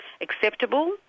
acceptable